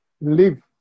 live